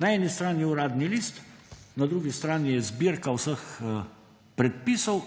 Na eni strani Uradni list, na drugi strani je zbirka vseh predpisov